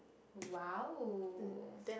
!wow!